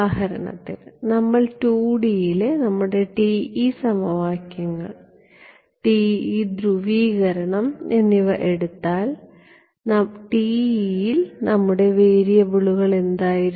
ഉദാഹരണത്തിന് നമ്മൾ 2D യിലെ നമ്മുടെ TE സമവാക്യങ്ങൾ TE ധ്രുവീകരണം എന്നിവ എടുത്താൽ TE ൽ നമ്മുടെ വേരിയബിളുകൾ എന്തായിരുന്നു